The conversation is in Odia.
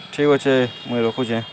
ଠିକ୍ ଅଛେ ମୁଇଁ ରଖୁଚେଁ